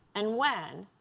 and when.